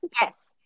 Yes